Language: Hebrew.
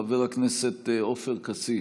חבר הכנסת עופר כסיף,